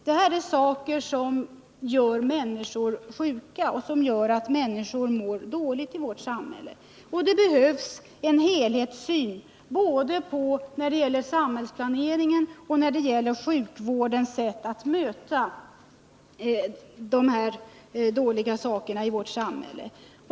Det här är saker som gör människor sjuka och som gör att de vantrivs i samhället. Det behövs en helhetssyn både när det gäller samhällsplaneringen och när det gäller sjukvårdens sätt att möta de här negativa förhållandena i vårt samhälle.